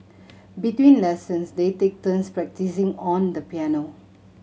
between lessons they take turns practising on the piano